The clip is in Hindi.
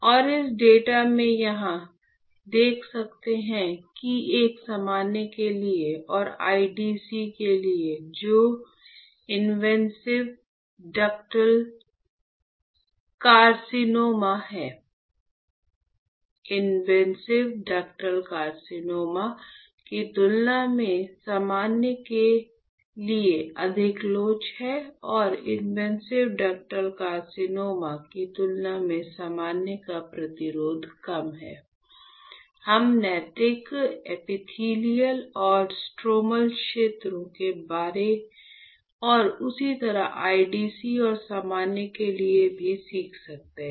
और इस डेटा में यहां देख सकते हैं कि एक सामान्य के लिए और IDC के लिए जो इनवेसिव डक्टल कार्सिनोमा और स्ट्रोमल क्षेत्रों के बारे और उसी तरह IDC और सामान्य के लिए भी सीख सकते हैं